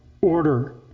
order